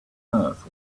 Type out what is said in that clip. earth